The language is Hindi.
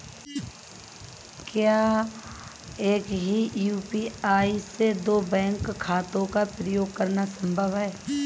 क्या एक ही यू.पी.आई से दो बैंक खातों का उपयोग करना संभव है?